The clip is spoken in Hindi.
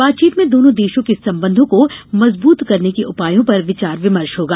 बातचीत में दोनों देशों के संबंधों को मजबूत करने के उपायों पर विचार विमर्श होगा